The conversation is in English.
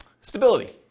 Stability